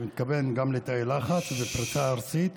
אני מתכוון גם לתאי לחץ בפריסה ארצית,